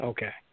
Okay